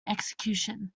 execution